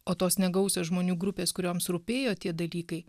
o tos negausios žmonių grupės kurioms rūpėjo tie dalykai